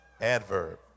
adverb